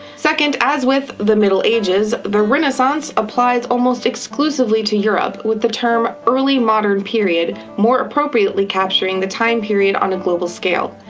second, as with the middle ages, the renaissance applies almost exclusively to europe, with the term the early modern period more appropriately capturing the time period on a global scale.